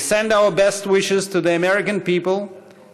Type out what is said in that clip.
We send our best wishes to the American people and